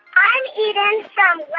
i'm eden from